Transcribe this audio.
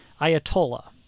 Ayatollah